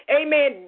amen